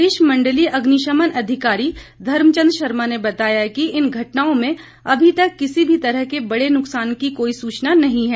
प्रदेश मंडलीय अग्निशमन अधिकारी धर्मचंद शर्मा ने बताया कि इन आगजनी की घटनाओं में अभी तक किसी भी तरह के बड़े नुक्सान की कोई सूचना नहीं मिली है